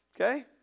Okay